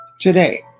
today